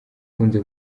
ikunze